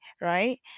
right